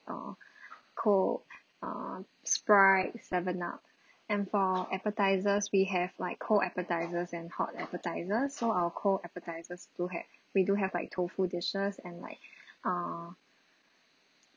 err coke err sprite seven up and for appetisers we have like cold appetisers and hot appetisers so our cold appetisers do have we do have like tofu dishes and like err